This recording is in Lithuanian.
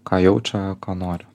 ką jaučia ką nori